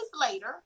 later